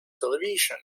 television